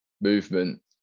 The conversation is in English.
movement